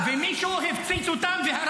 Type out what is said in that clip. אין.